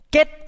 Get